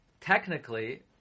technically